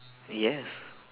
yes